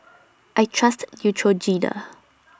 I Trust Neutrogena